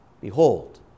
Behold